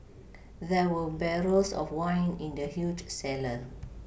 there were barrels of wine in the huge cellar